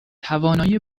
توانایی